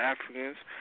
Africans